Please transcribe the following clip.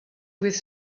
with